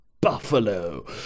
buffalo